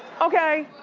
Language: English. okay?